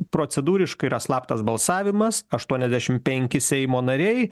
procedūriškai yra slaptas balsavimas aštuoniasdešim penki seimo nariai